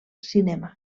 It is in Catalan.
cinema